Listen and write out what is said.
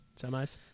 semis